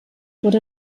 wurde